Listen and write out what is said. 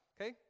okay